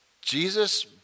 Jesus